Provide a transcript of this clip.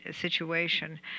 situation